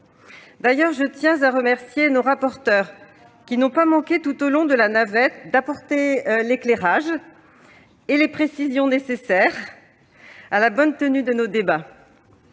D'ailleurs, je tiens à remercier nos rapporteurs, qui, tout au long de la navette, n'ont pas manqué d'apporter l'éclairage et les précisions nécessaires à la bonne tenue de nos débats.